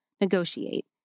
negotiate